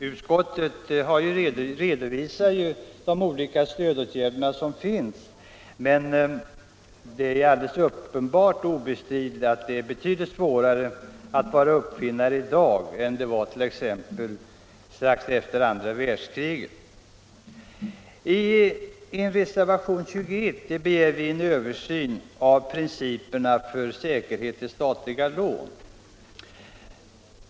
Utskottet redovisar de olika stödåtgärder som finns, men det är obestridligt att det är betydligt svårare att vara uppfinnare i dag än det var t.ex. strax efter andra världskriget. I reservationen 21 begär vi en översyn av principerna för säkerhet till statliga lån.